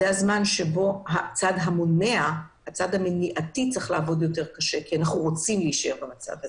זה הזמן שבו הצד המונע צריך לעבוד קשה יותר על מנת שנישאר במצב הטוב.